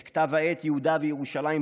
את כתב העת "יהודה וירושלים",